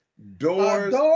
Doors